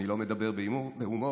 אני לא מדבר בהומור,